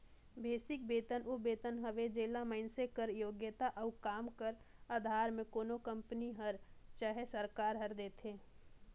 basic बेतन ओ बेतन हवे जेला मइनसे कर योग्यता अउ काम कर अधार में कोनो कंपनी हर चहे सरकार हर देथे